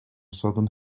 southern